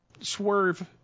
swerve